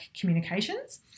communications